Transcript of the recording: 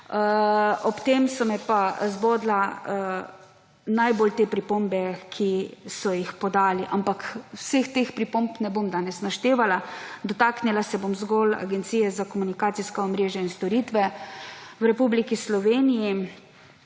Ob tem so me pa zbodle najbolj te pripombe, ki so jih podali, ampak vseh teh pripomb ne bom danes naštevala. Dotaknila se bom zgolj Agencije za komunikacijska omrežja in storitve v Republiki Sloveniji,